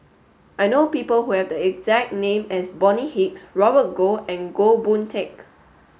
I know people who have the exact name as Bonny Hicks Robert Goh and Goh Boon Teck